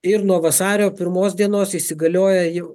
ir nuo vasario pirmos dienos įsigalioja jau